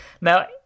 Now